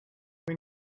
when